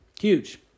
Huge